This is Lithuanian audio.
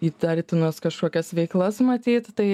įtartinas kažkokias veiklas matyt tai